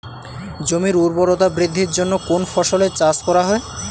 জমির উর্বরতা বৃদ্ধির জন্য কোন ফসলের চাষ করা হয়?